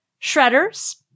Shredders